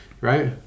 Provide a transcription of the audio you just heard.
Right